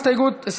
גם ההסתייגות (29)